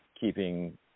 keeping